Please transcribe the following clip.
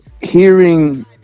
Hearing